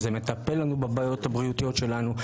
אם זה מטפל לנו בבעיות הבריאותיות שלנו.